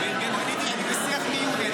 אני בשיח מיולי,